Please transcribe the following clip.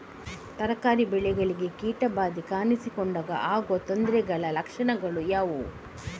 ತರಕಾರಿ ಬೆಳೆಗಳಿಗೆ ಕೀಟ ಬಾಧೆ ಕಾಣಿಸಿಕೊಂಡಾಗ ಆಗುವ ತೊಂದರೆಗಳ ಲಕ್ಷಣಗಳು ಯಾವುವು?